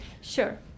Sure